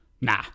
nah